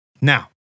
Now